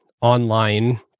online